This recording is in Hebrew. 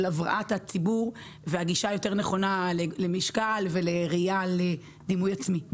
הבראת הציבור והגישה היותר נכונה למשקל ודימוי עצמי.